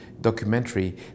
documentary